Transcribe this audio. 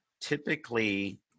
typically